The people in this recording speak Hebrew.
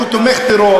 שהוא תומך טרור,